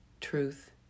truth